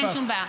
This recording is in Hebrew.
אין שום בעיה.